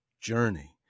journey